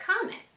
comment